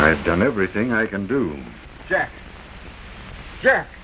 i've done everything i can do jack jack